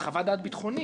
הוא על חוות דעת ביטחונית,